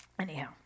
Anyhow